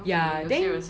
ya then